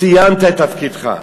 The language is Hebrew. סיימת את תפקידך.